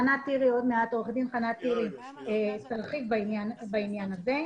עורכת הדין חנה טירי תרחיב בעניין הזה.